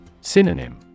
Synonym